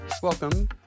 Welcome